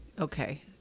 Okay